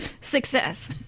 Success